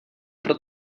pro